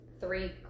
three